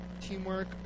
teamwork